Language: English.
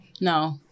No